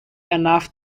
enough